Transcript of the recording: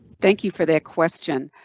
thank you for that question,